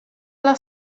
alla